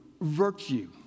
Virtue